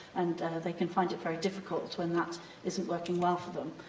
and they can find it very difficult when that isn't working well for them.